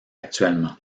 actuellement